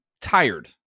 tired